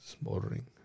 smoldering